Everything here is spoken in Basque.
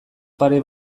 pare